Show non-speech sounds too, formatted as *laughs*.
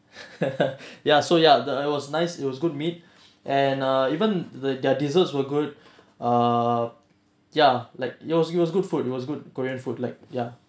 *laughs* ya so ya the I was nice it was good meat and err even the their desserts were good err ya like it was it was good food it was good korean food like ya